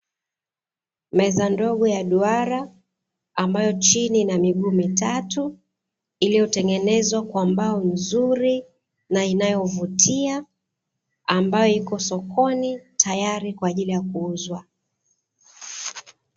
Meza ndogo ya duara, ambayo chini ina miguu mitatu iliyotengenezwa kwa mbao nzuri na inayovutia, ambayo iko sokoni, tayari kwa ajili ya kuuzwa.